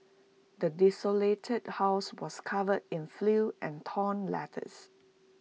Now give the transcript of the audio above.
the desolated house was covered in filth and torn letters